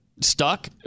stuck